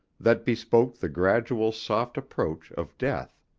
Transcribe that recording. that bespoke the gradual soft approach of death.